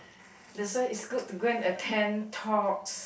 that's why it's good to go and attend talks